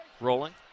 Rolling